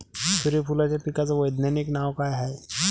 सुर्यफूलाच्या पिकाचं वैज्ञानिक नाव काय हाये?